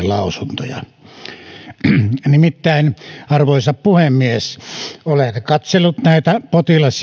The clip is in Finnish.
lausuntoja nimittäin arvoisa puhemies olen katsellut näitä potilas